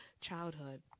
childhood